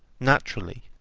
naturally,